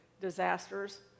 disasters